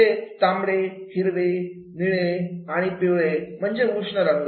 ते तांबडे हिरवे निळे आणि पिवळे म्हणजे उष्ण रंग